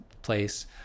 place